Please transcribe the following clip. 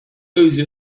also